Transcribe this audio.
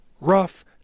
rough